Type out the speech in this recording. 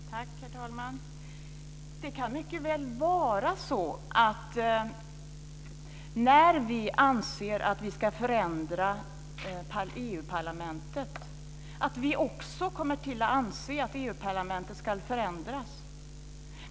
Herr talman! Det kan mycket väl vara så att när vi anser att vi ska förändra EU-parlamentet så kommer vi också att anse att EU-parlamentet ska förändras.